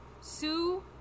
Sue